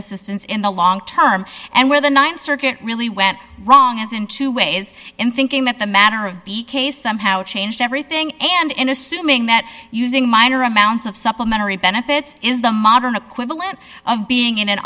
assistance in the long term and where the th circuit really went wrong was in two ways in thinking that the matter of b k somehow changed everything and in assuming that using minor amounts of supplementary benefits is the modern equivalent of being in an